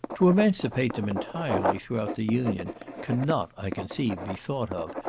to emancipate them entirely throughout the union cannot, i conceive, be thought of,